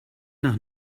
nach